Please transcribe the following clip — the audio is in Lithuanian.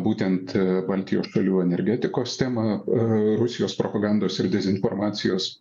būtent baltijos šalių energetikos temą rusijos propagandos ir dezinformacijos